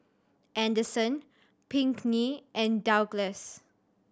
Anderson Pinkney and Douglas